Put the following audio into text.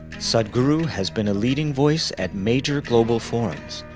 sadhguru has been a leading voice at major global forums,